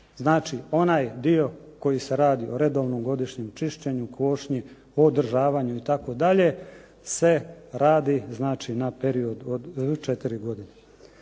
Znači onaj dio koji se radi o redovnom godišnjem čišćenju, košnji, održavanju itd., se radi znači na period od 4 godine.